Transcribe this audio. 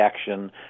action